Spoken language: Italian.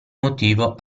motivo